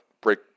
break